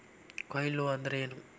ಕೊಯ್ಲು ಅಂದ್ರ ಏನ್?